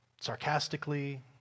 sarcastically